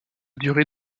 durée